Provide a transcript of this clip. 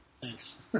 thanks